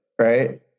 right